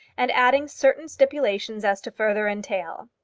and adding certain stipulations as to further entail.